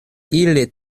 ili